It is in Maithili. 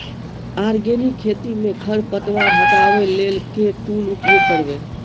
आर्गेनिक खेती मे खरपतवार हटाबै लेल केँ टूल उपयोग करबै?